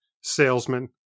Salesman